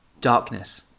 Darkness